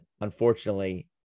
unfortunately